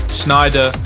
Schneider